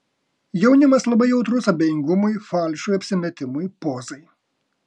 jaunimas labai jautrus abejingumui falšui apsimetimui pozai